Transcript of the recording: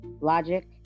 logic